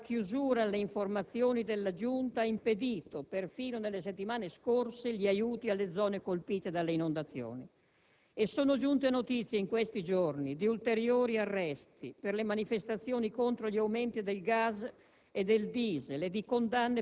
recentemente, la chiusura alle informazioni della Giunta ha impedito perfino, nelle settimane scorse, di portare aiuti nelle zone colpite dalle inondazioni. Sono giunte notizie, in questi giorni, di ulteriori arresti per le manifestazioni contro gli aumenti del gas